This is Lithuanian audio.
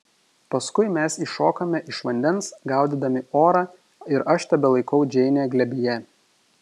paskui mes iššokame iš vandens gaudydami orą ir aš tebelaikau džeinę glėbyje